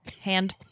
hand